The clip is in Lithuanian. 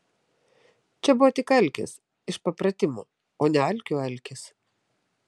čia buvo tik alkis iš papratimo o ne alkių alkis